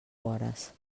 hores